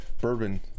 bourbon